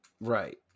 Right